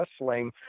wrestling